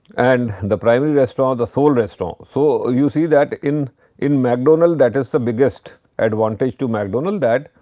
and the primary restaurant the sole restaurant. so, you see that in in mcdonald's that is the biggest advantage to mcdonald's that,